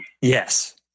Yes